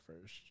first